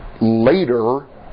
later